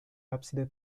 abside